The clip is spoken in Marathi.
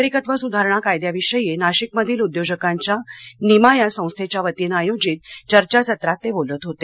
नागरिकत्व सुधारणा कायद्याविषयी नाशिकमधील उद्योजकांच्या निमा या संस्थेच्या वतीनं आयोजित चर्चासत्रात ते बोलत होते